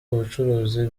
ubucuruzi